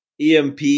EMP